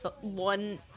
one